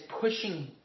pushing